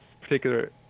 particular